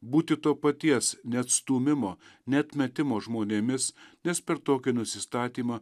būti to paties neatstūmimo neatmetimo žmonėmis nes per tokį nusistatymą